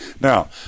now